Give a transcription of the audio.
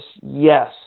yes